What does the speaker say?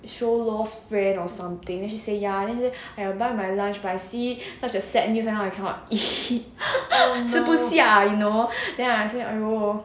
show luo friend or something then she say ya then she says !aiya! I buy my lunch but I see such a sad news then I cannot eat 吃不下 you know then I say !aiyo!